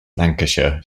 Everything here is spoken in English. lancashire